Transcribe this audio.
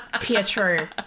Pietro